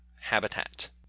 habitat